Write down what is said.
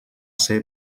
ser